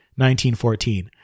1914